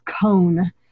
cone